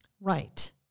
Right